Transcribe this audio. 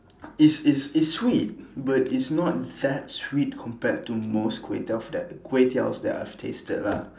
it's it's it's sweet but it's not that sweet compared to most kway teow that kway teows that I've tasted lah